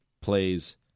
plays